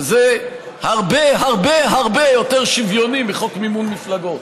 זה הרבה הרבה הרבה יותר שוויוני מחוק מימון מפלגות,